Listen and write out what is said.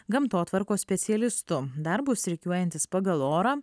gamtotvarkos specialistu darbus rikiuojantis pagal orą